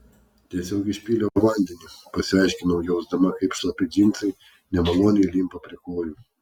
tiesiog išpyliau vandenį pasiaiškinau jausdama kaip šlapi džinsai nemaloniai limpa prie kojų